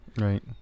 Right